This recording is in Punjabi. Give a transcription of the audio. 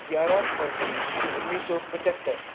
ਗਿਆਰਾਂ ਫਰਵਰੀ ਉੱਨੀ ਸੌ ਪੰਝੱਤਰ